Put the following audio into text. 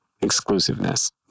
exclusiveness